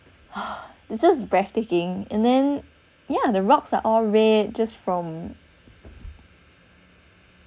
it's just breathtaking and then yeah the rocks are all red just from